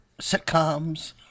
sitcoms